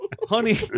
Honey